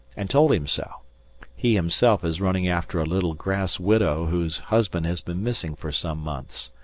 and told him so he himself is running after a little grass widow whose husband has been missing for some months.